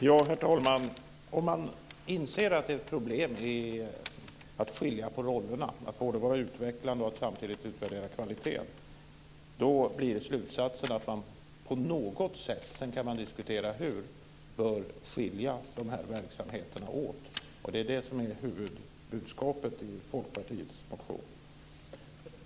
Herr talman! Om man inser att ett problem är att skilja på rollerna, att vara utvecklande och att samtidigt utvärdera kvaliteten, blir slutsatsen att man på något sätt - hur kan diskuteras - bör skilja de här verksamheterna åt. Det är det som är huvudbudskapet i Folkpartiets motion.